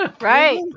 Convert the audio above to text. Right